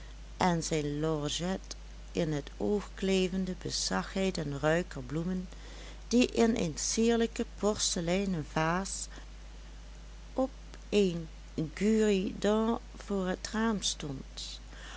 en zijn lorgnet in het oog klevende bezag hij den ruiker bloemen die in een sierlijke porseleinen vaas op een guéridon voor het raam stond